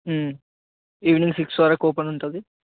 evening six వరకు open ఉంటుంది